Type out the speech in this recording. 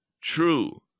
true